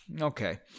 Okay